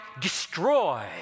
destroy